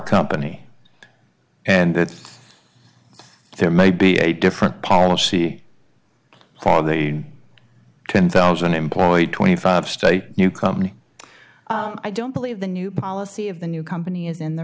company and that there may be a different policy for the ten thousand employee twenty five state new company i don't believe the new policy of the new company is in the